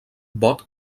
vot